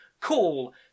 call